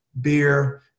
beer